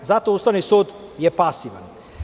Zato je Ustavni sud pasivan.